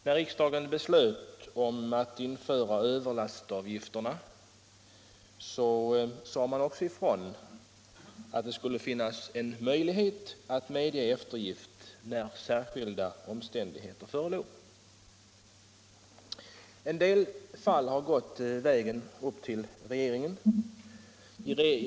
När riksdagen beslöt att införa överlastavgifterna sade man också ifrån att det skulle finnas en möjlighet att medge eftergift, när särskilda omständigheter förelåg. En del fall har gått ända upp till regeringen.